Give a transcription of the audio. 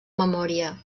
memòria